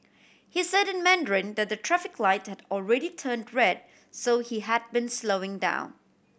he said in Mandarin that the traffic light had already turn red so he had been slowing down